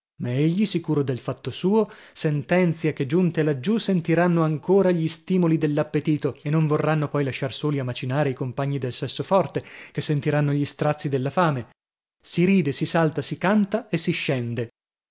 egli sicuro del fatto suo sentenzia che giunte laggiù sentiranno ancora gli stimoli dell'appetito e non vorranno poi lasciar soli a macinare i compagni del sesso forte che sentiranno gli strazii della fame si ride si salta si canta e si scende